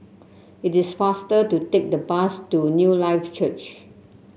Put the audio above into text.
it is faster to take the bus to Newlife Church